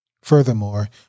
Furthermore